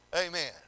Amen